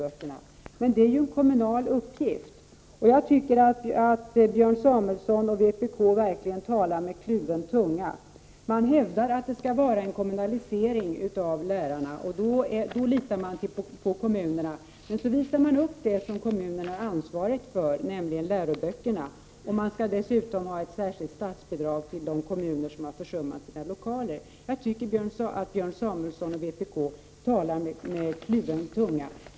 Men detta är ju en kommunal uppgift. Och jag menar att Björn Samuelson och vpk verkligen talar med kluven tunga. Man hävdar att det skall vara fråga om en kommunalisering av lärarna, och i det fallet litar man på kommunerna. Men sedan visar man upp bristerna i det som kommunerna har ansvaret för, nämligen läroböckerna, och man talar dessutom om ett särskilt statsbidrag som skall gå till de kommuner som har försummat sina lokaler. Jag tycker att Björn Samuelson och vpk talar med kluven tunga.